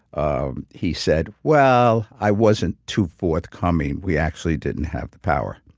um he said, well, i wasn't too forthcoming. we actually didn't have the power.